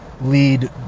lead